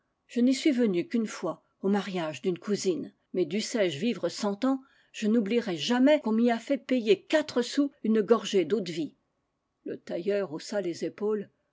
qu'àplestin je n'y suis venu qu'une fois au mariage d'une cousine mais dussé-je vivre cent ans je n'oublierai jamais qu'on m'y a fait payer quatre sous une gorgée d'eau-de-vie le tailleur haussa les épaules